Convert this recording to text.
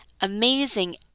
amazing